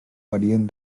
varien